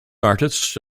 artists